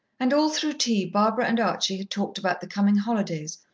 and all through tea barbara and archie had talked about the coming holidays,